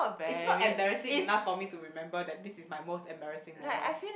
is not embarrassing enough for me to remember that this is my most embarrassing moment